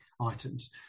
items